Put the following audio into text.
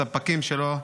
בספקים שלו,